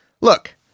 Look